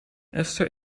esther